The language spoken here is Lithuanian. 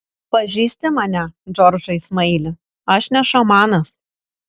pažįsti mane džordžai smaili aš ne šamanas